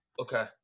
Okay